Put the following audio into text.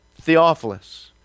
Theophilus